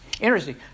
Interesting